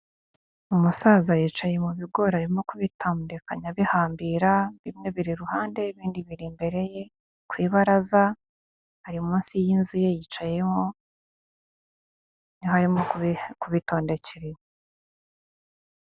Umusaza yicaye mu bigori arimo kubitondekanya abihambira, bimwe biri iruhande, ibindi biri imbere ye ku ibaraza, ari munsi y'inzu ye yicayemo, niho arimo kubitondekera.